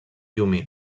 humil